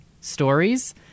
stories